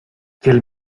quel